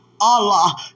Allah